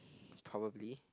probably